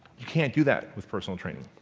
you can't do that with personal training.